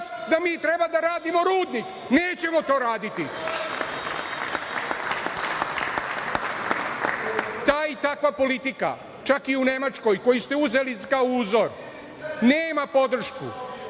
da mi treba da radimo rudnik, nećemo to raditi. Taj i takva politika čak u Nemačkoj koju ste uzeli kao uzor nema podršku.